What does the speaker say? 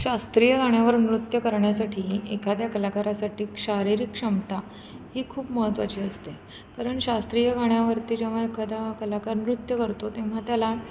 शास्त्रीय गाण्यावर नृत्य करण्यासाठी एखाद्या कलाकारासाठी शारीरिक क्षमता ही खूप महत्त्वाची असते कारण शास्त्रीय गाण्यावरती जेव्हा एखादा कलाकार नृत्य करतो तेव्हा त्याला